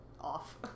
off